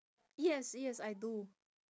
yes yes I do